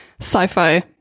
sci-fi